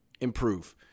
improve